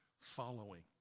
following